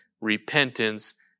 repentance